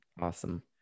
awesome